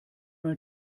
mal